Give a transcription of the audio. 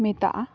ᱢᱮᱛᱟᱜᱼᱟ